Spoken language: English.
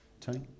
tony